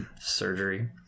Surgery